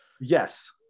Yes